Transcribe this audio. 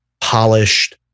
polished